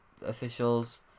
officials